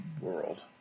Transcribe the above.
world